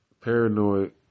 paranoid